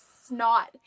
snot